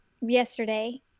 yesterday